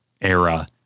era